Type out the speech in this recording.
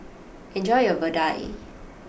enjoy your Vadai